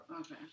Okay